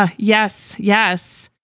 ah yes. yes.